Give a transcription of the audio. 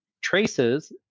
Traces